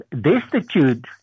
destitute